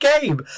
game